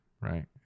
right